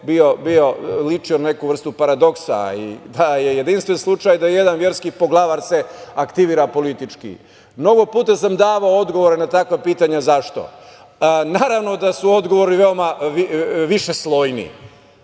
ličio na neku vrstu paradoksa i da je jedinstven slučaj da se jedan verski poglavar aktivira politički. Mnogo puta sam davao odgovore na takva pitanja zašto. Naravno da su odgovori veoma višeslojni.